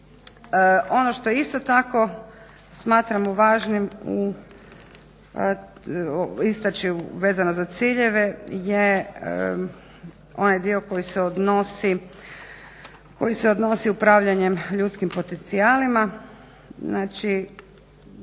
Ono što isto tako smatramo važnim istaći vezano za ciljeve je onaj dio koji se odnosi upravljanjem ljudskim potencijalima,